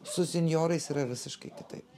su senjorais yra visiškai kitaip